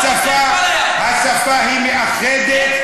השפה היא מאחדת,